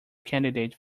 candidate